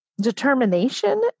determination